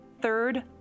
third